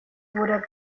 wurde